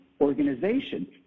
organization